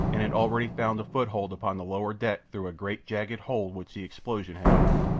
and had already found a foothold upon the lower deck through a great jagged hole which the explosion had opened.